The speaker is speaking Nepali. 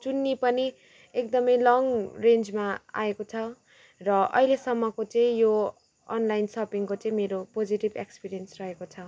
चुन्नी पनि एकदमै लङ रेन्जमा आएको छ र अहिलेसम्मको चाहिँ यो अनलाइन सपिङको चाहिँ मेरो पोजेटिभ एक्सपिरियन्स रहेको छ